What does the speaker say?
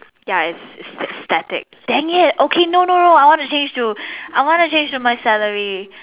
ya it's it's static dang it okay no no no I want to change to I want to change to my salary